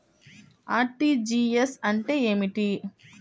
RTGS అంటే ఏమిటి?